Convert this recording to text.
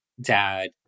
dad